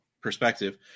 perspective